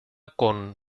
con